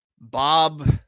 Bob